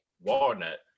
walnut